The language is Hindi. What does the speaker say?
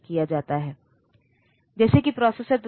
तो आपको जो मिलता है वह D0 से D7 है